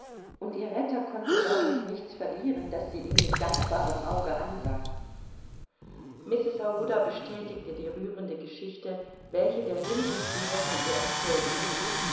und ihr retter konnte dadurch nichts verlieren daß sie ihn mit dankbarem auge ansah mrs aouda bestätigte die rührende geschichte welche der hinduführer von ihr erzählt hatte